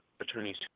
attorneys